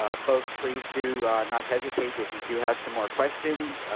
um folks please do not hesitate, if you do have some more questions.